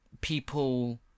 people